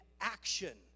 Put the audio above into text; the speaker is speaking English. action